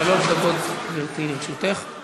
שלוש דקות לרשותך, גברתי.